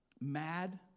mad